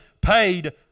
paid